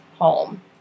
home